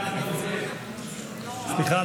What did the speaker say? סליחה.